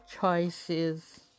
Choices